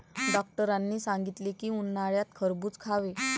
डॉक्टरांनी सांगितले की, उन्हाळ्यात खरबूज खावे